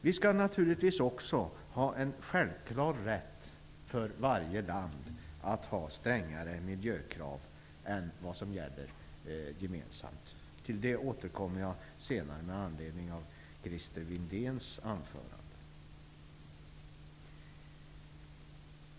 Det skall naturligtvis också finnas en självklar rätt för varje land att ha strängare miljökrav än vad som gäller gemensamt. Till detta återkommer jag senare med anledning av Christer Windéns anförande.